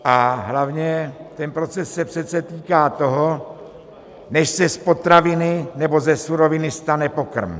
A hlavně, ten proces se přece týká toho, než se z potraviny nebo ze suroviny stane pokrm.